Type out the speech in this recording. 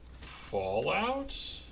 Fallout